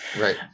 Right